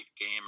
game